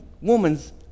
woman's